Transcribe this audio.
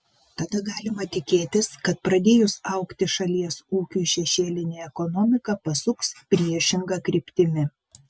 tada galima tikėtis kad pradėjus augti šalies ūkiui šešėlinė ekonomika pasuks priešinga kryptimi